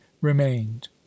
remained